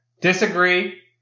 Disagree